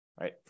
right